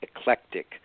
eclectic